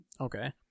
Okay